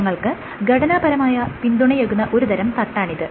കോശങ്ങൾക്ക് ഘടനാപരമായ പിന്തുണയേകുന്ന ഒരുതരം തട്ടാണിത്